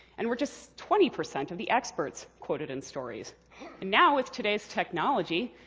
and we're just twenty percent of the experts quoted in stories. and now, with today's technology,